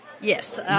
Yes